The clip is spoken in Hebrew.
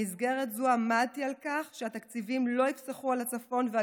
במסגרת זו עמדתי על כך שהתקציבים לא יפסחו על הצפון,